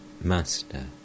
Master